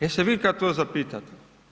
Je se vi kad to zapitate?